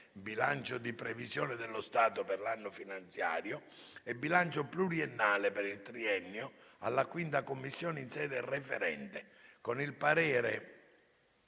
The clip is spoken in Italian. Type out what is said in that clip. (Bilancio di previsione dello Stato per l’anno finanziario 2024 e bilancio pluriennale per il triennio 2024-2026) alla 5[a] Commissione, in sede referente, con il parere